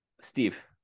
Steve